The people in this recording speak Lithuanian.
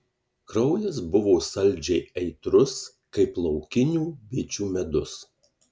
kraujas buvo saldžiai aitrus kaip laukinių bičių medus